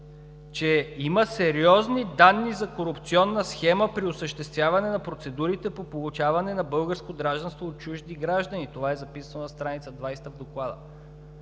че има сериозни данни за корупционна схема при осъществяване на процедурите по получаване на българско гражданство от чужди граждани и това е записано на страница 20 в Доклада,